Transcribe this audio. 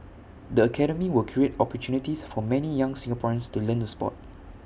the academy will create opportunities for many more young Singaporeans to learn the Sport